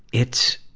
it's,